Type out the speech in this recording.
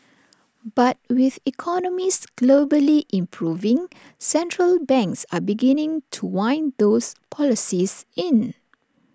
but with economies globally improving central banks are beginning to wind those policies in